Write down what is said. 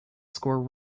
score